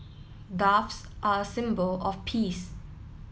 doves are a symbol of peace